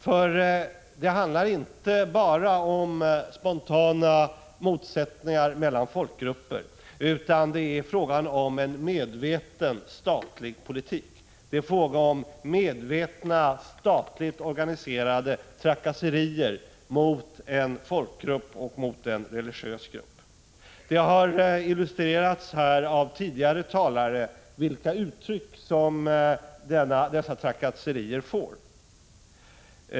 Det handlar nämligen inte bara om spontana motsättningar mellan folkgrupper, utan det är fråga om en medveten statlig politik, statligt organiserade trakasserier mot en folkgrupp och en religiös grupp. Det har illustrerats av tidigare talare vilka uttryck trakasserierna tar sig.